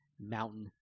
mountain